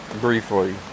briefly